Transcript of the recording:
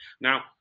Now